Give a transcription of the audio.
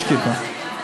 כיפה.